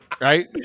Right